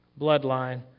bloodline